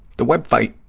the web fite,